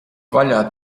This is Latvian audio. vaļā